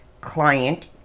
client